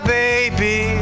baby